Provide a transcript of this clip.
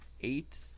eight